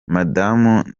madamu